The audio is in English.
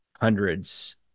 hundreds